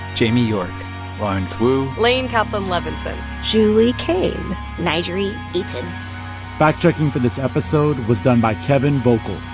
jamie york lawrence wu laine kaplan-levenson julie caine n'jeri eaton fact-checking for this episode was done by kevin volkl